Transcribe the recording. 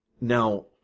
Now